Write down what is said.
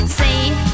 say